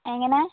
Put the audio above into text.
എങ്ങനെ